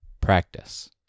Practice